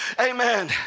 amen